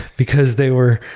because they were,